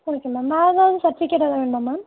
okay ma'am வேறு ஏதாவது certificate ஏதாவது வேணுமா மேம்